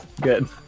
Good